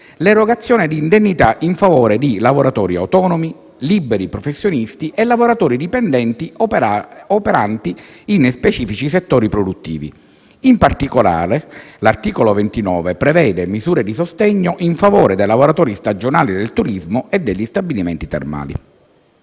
l'erogazione di indennità in favore di lavoratori autonomi, liberi professionisti e lavoratori dipendenti operanti in specifici settori produttivi; in particolare, l'articolo 29 prevede misure di sostegno in favore dei lavoratori stagionali del turismo e degli stabilimenti termali.